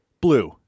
Blue